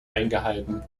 eingehalten